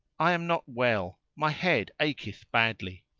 i am not well my head acheth badly.